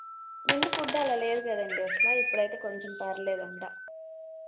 ముందు ఫుడ్ ఆలా లేదు కదండి అసలు ఇప్పుడు అయితే కొంచెం పర్లేదుట